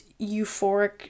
euphoric